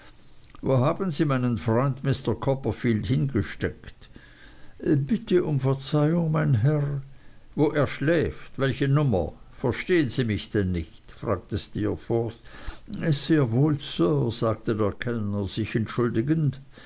wo haben sie meinen freund mr copperfield hingesteckt bitte um verzeihung mein herr wo er schläft welche nummer verstehen sie mich denn nicht fragte steerforth sehr wohl sir sagte der kellner sich entschuldigend